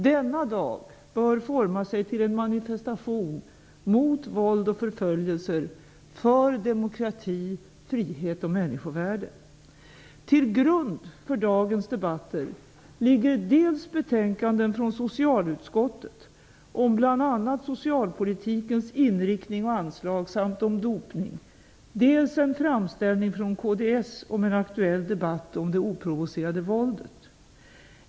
Denna dag bör forma sig till en manifestation mot våld och förföljelser, för demokrati, frihet och människovärde. Till grund för dagens debatter ligger dels betänkanden från socialutskottet om bl.a. socialpolitikens inriktning och anslag samt om dopning, dels en framställning från kds om en aktuell debatt om det oprovocerade våldet.